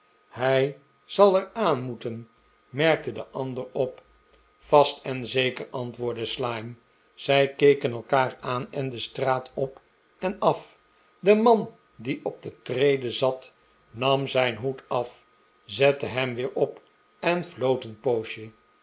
hij zal er aan moeten merkte de ander op vast en zeker antwoordde slyme zij keken elkaar aan en de straat op en af de man die op de trede zat nam zijn hoed af zette hem weer op en